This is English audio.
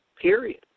period